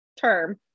term